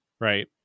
Right